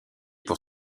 pour